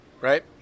right